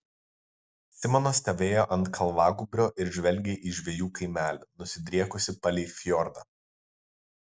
simonas stovėjo ant kalvagūbrio ir žvelgė į žvejų kaimelį nusidriekusį palei fjordą